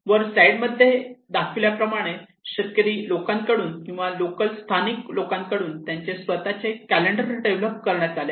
वर स्लाईड मध्ये दाखविल्याप्रमाणे शेतकरी लोकांकडून किंवा लोकल स्थानिक लोकांकडून त्यांचे स्वतःचे कॅलेंडर डेव्हलप करण्यात आले आहे